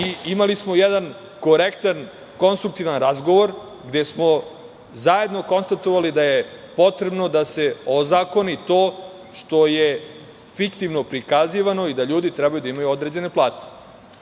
Imali smo jedan korektan, konstruktivan razgovor, gde smo zajedno konstatovali da je potrebno da se ozakoni to što je fiktivno prikazivano i da ljudi treba da imaju određene plate.